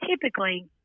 typically